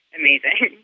amazing